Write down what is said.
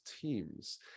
teams